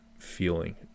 feeling